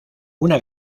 una